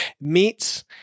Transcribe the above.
meats